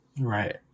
Right